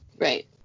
Right